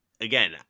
again